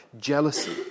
jealousy